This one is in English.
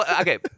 Okay